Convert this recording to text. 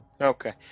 Okay